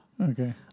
Okay